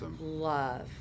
love